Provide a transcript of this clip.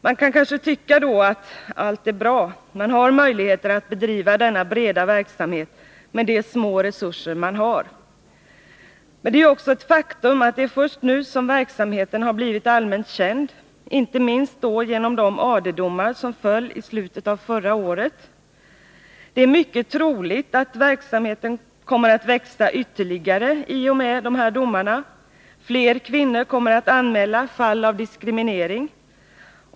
Man kan kanske då tycka att allt är bra — man har möjlighet att bedriva denna breda verksamhet med de små resurser man har. Men det är ju också ett faktum att det är först nu som verksamheten har blivit allmänt känd, inte minst då genom de AD-domar som föll i slutet på förra året. Det är mycket troligt att verksamheten kommer att växa ytterligare i och med dessa domar, fler kvinnor kommer att anmäla fall av diskriminering.